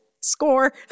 score